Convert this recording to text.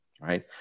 right